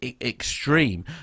extreme